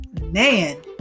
man